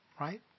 right